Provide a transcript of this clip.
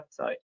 website